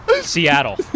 Seattle